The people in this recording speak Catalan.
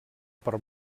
per